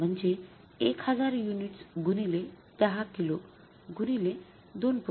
म्हणजे १००० युनिट्स गुणिले १० किलो गुणिले २